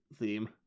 theme